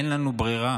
אין לנו ברירה